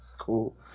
Cool